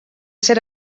ser